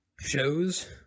shows